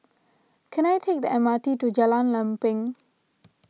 can I take the M R T to Jalan Lempeng